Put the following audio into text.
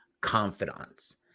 confidants